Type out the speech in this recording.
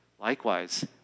Likewise